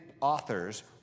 authors